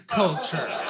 culture